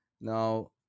Now